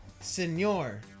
Senor